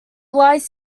lies